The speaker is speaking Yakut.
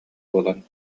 буолан